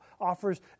offers